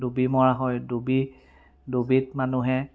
ডুবি মৰা হয় ডুবি ডুবিত মানুহে